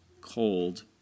cold